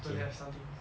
don't have something